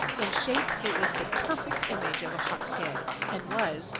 in shape it was the perfect image of a hawk's head, and was,